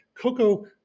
cocoa